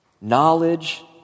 Knowledge